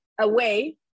away